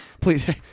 please